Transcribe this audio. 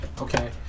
Okay